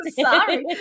Sorry